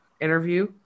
interview